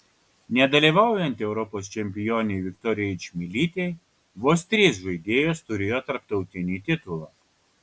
nedalyvaujant europos čempionei viktorijai čmilytei vos trys žaidėjos turėjo tarptautinį titulą